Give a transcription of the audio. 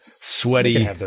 sweaty